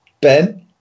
Ben